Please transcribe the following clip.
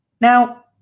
Now